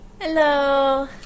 Hello